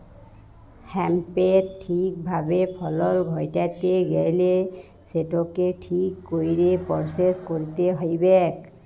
হ্যাঁম্পের ঠিক ভাবে ফলল ঘটাত্যে গ্যালে সেটকে ঠিক কইরে পরসেস কইরতে হ্যবেক